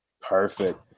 Perfect